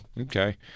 Okay